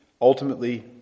ultimately